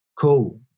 cool